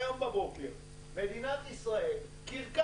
היום בבוקר אני פותח את העיתון מדינת ישראל - קרקס.